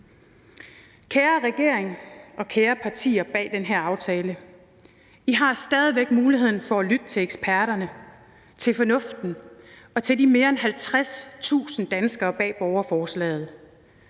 Kære regering, kære partier bag den her aftale, I har stadig væk muligheden for at lytte til eksperterne, til fornuften, til de mere end 50.000 danskere bag borgerforslaget